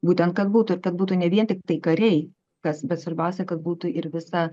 būtent kad būtų ir kad būtų ne vien tiktai kariai kas bet svarbiausia kad būtų ir visa